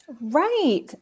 Right